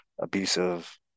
abusive